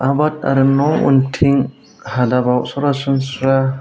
आबाद आरो न' उनथिं हादाबाव सरासनस्रा